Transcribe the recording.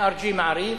ב"nrgמעריב"